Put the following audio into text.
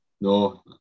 no